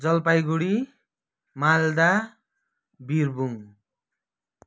Jalpaiguri Malda Birbhum